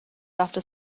after